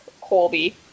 Colby